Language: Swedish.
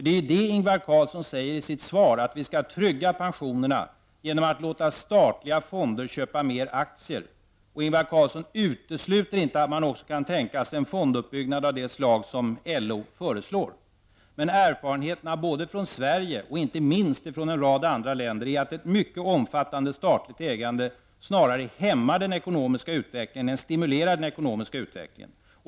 Det är ju detta Ingvar Carlsson säger i sitt svar, att vi skall trygga pensionerna genom att låta statliga fonder köpa mer aktier, och Ingvar Carlsson utesluter inte att man också kan tänka sig en fonduppbyggnad av det slag som LO föreslår. Men erfarenheterna, både från Sverige och inte minst från en rad andra länder, är att ett mycket omfattande statligt ägande snarare hämmar den ekonomiska utvecklingen än stimulerar den.